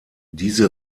diese